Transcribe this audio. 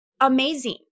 amazing